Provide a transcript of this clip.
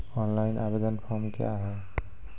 Online आवेदन form क्या हैं?